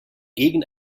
gegen